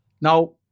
Now